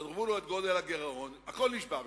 שברו לו את גודל הגירעון, הכול נשבר שם,